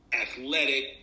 athletic